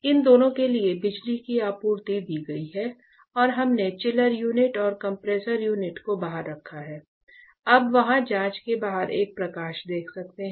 इन दोनों के लिए बिजली की आपूर्ति दी गई है और हमने चिलर यूनिट और कंप्रेसर यूनिट को बाहर रखा है आप वहां कांच के बाहर एक प्रकाश देख सकते हैं